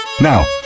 Now